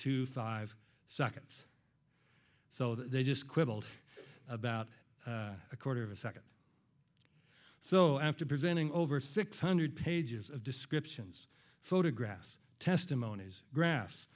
two five seconds so they just quibble about a quarter of a second so after presenting over six hundred pages of descriptions photographs testimonies gra